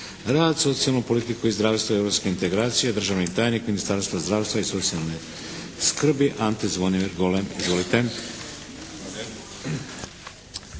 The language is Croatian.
rad, socijalnu politiku i zdravstvo, europske integracije. Državni tajnik Ministarstva zdravstva i socijalne skrbi Ante Zvonimir Golem. Izvolite.